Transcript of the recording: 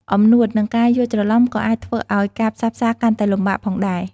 អំណួត និងការយ់ច្រឡំក៏អាចធ្វើឱ្យការផ្សះផ្សាកាន់តែលំបាកផងដែរ។